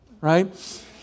right